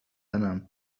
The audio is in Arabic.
تنام